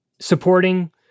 supporting